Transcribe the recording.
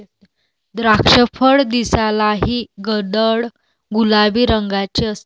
द्राक्षफळ दिसायलाही गडद गुलाबी रंगाचे असते